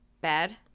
Bad